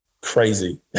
crazy